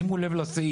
שימו לב לסעיף: